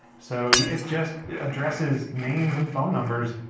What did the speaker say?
so it's just addresses, names and phone numbers.